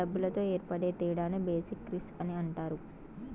డబ్బులతో ఏర్పడే తేడాను బేసిక్ రిస్క్ అని అంటారు